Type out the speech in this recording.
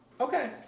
Okay